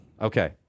Okay